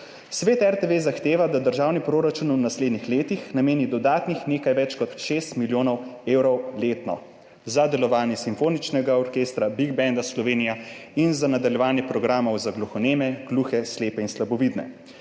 Svet RTV zahteva, da državni proračun v naslednjih letih nameni dodatnih nekaj več kot 6 milijonov evrov letno za delovanje Simfoničnega orkestra, Big Banda RTV Slovenija in za nadaljevanje programov za gluhoneme, gluhe, slepe in slabovidne.